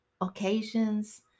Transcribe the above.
occasions